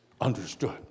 understood